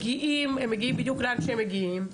מקצוענים.